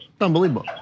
Unbelievable